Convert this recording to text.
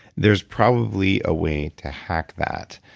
there's probably a way to hack that.